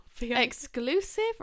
Exclusive